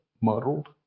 muddled